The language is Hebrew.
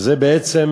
זה בעצם,